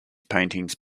paintings